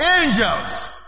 Angels